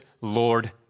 Lord